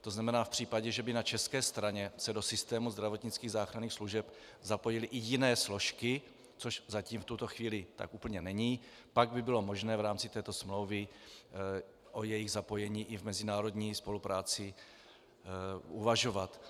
To znamená, v případě, že by se na české straně do systému zdravotnických záchranných služeb zapojily i jiné složky, což zatím v tuto chvíli tak úplně není, pak by bylo možné v rámci této smlouvy o jejich zapojení i v mezinárodní spolupráci uvažovat.